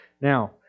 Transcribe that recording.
Now